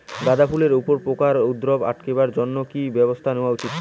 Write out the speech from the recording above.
গাঁদা ফুলের উপরে পোকার উপদ্রব আটকেবার জইন্যে কি ব্যবস্থা নেওয়া উচিৎ?